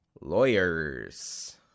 Lawyers